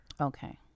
Okay